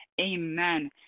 Amen